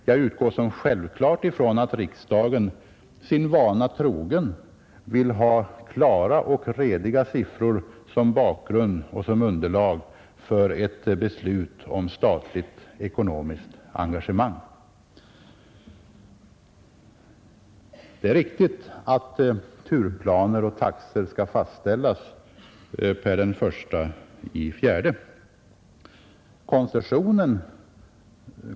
Jag utgår ifrån att riksdagen sin vana trogen vill ha klara och rediga siffror som underlag för ett beslut om statligt ekonomiskt engagemang. Det är riktigt att turplaner och taxor skall fastställas per den 1 april.